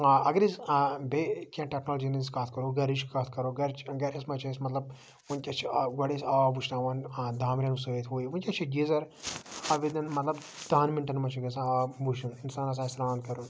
اگر أسۍ بیٚیہِ کینٛہہ ٹیٚکنالجی ہٕنٛز کتھ کرو گَرٕچۍ کتھ کَرو گَرٕچۍ گَرَس مَنٛز چھِ أسۍ مطلب ونکٮ۪س چھِ آ گۄڈٕ ٲسۍ آب وٕشناوان دانٛمبریٚو سۭتۍ ہُہ یہِ ونکٮ۪س چھِ گیٖزَر مَطلَب دَہَن مِنٹَن مَنٛز چھِ گَژھان آب وُشُن اِنسانَس آسہِ سران کَرُن